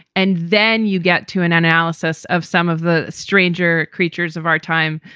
and then you get to an analysis of some of the stranger creatures of our time,